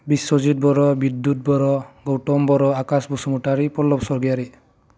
बिस्वजिथ बर' बिदधु बर' गौतम बर' आकास बसुमातारी फल्लब स्वरगयारि